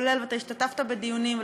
ואתה השתתפת בדיונים,